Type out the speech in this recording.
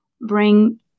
bring